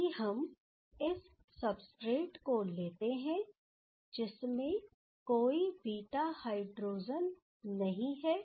यदि हम इस सब्सट्रेट को लेते हैं जिसमें कोई बीटा हाइड्रोजन नहीं है